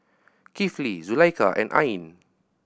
Kifli Zulaikha and Ain